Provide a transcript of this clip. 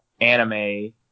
anime